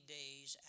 days